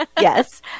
Yes